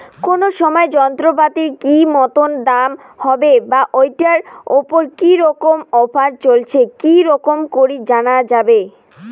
কোন সময় যন্ত্রপাতির কি মতন দাম হবে বা ঐটার উপর কি রকম অফার চলছে কি রকম করি জানা যাবে?